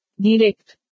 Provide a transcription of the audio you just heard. Direct